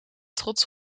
trots